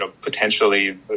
potentially